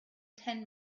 ten